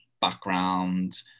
background